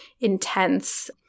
intense